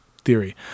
theory